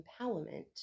empowerment